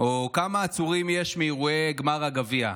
או כמה עצורים יש מאירועי גמר הגביע?